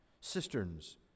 cisterns